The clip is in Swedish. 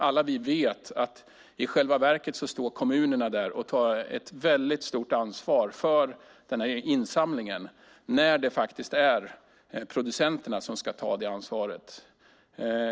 Alla vi vet att kommunerna i själva verket tar ett mycket stort ansvar för denna insamling när det faktiskt är producenterna som ska ta detta ansvar.